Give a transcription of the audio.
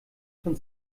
von